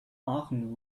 aachen